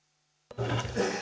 arvoisa